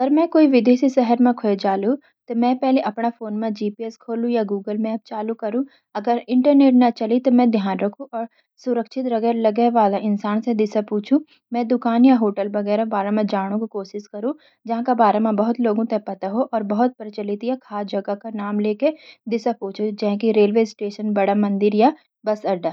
अगर मैं कोई विदेशी शहर में खो जालु, त मैं पैली आपणा फोन मॅ जीपीएस खोलु या गूगल मैप्स चालु करुँ। अगर इंटरनेट ना चाली, त मैं ध्यान रखु और सुरक्खित लगे वाला इंसान स’ दिशा पूछु। मै, दुकान, या होटल बगेरा मॅ जाणू क’ कोशिस करुँ, जहाँ का बारा मा बहुत लोगों ते पता हो। और बहुत, प्रचलित या खास जगह का नाम ले के दिशा पूछु, जैंकि रेलवे स्टेशन, बड़ा मंदिर, या बस अड्डा।